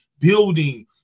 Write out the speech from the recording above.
building